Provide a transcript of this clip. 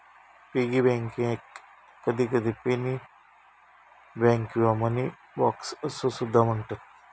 piggy बँकेक कधीकधी penny bank किंवा मनी बॉक्स असो सुद्धा म्हणतत